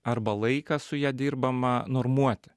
arba laiką su ja dirbamą normuoti